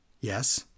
Yes